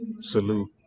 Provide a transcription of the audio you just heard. salute